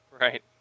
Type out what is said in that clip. right